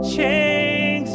Chains